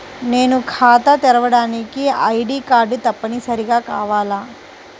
నేను ఖాతా తెరవడానికి ఐ.డీ కార్డు తప్పనిసారిగా కావాలా?